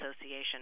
association